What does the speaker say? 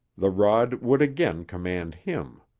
the rod would again command him.